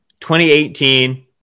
2018